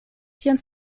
tion